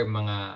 mga